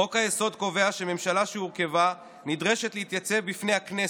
חוק-היסוד קובע שממשלה שהורכבה נדרשת להתייצב בפני הכנסת,